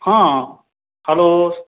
ହଁ ହ୍ୟାଲୋ